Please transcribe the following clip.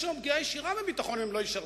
יש גם פגיעה ישירה בביטחון אם הן לא ישרתו,